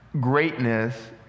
greatness